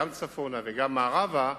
גם צפונה וגם מערבה,